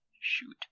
shoot